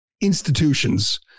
institutions